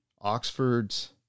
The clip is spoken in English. Oxford's